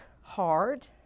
hard